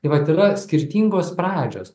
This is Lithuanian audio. tai vat yra skirtingos pradžios